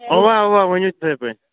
اَوا اَوا ؤنِو تِتھٕے پٲٹھۍ